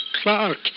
Clark